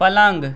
पलंग